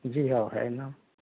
جی ہاں ہے نہ